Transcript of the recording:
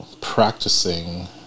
practicing